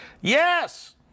Yes